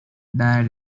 died